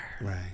Right